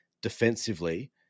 defensively